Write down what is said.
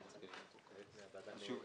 שוב,